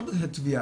לא בגלל תביעה,